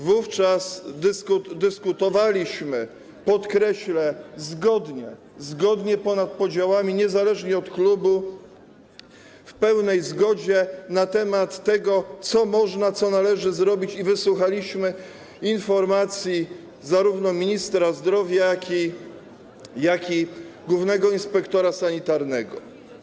Wówczas dyskutowaliśmy, podkreślę, zgodnie, ponad podziałami, niezależnie od klubu, w pełnej zgodzie na temat tego, co można, co należy zrobić, i wysłuchaliśmy informacji zarówno ministra zdrowia, jak i głównego inspektora sanitarnego.